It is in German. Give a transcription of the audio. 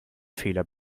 fehler